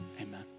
Amen